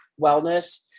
wellness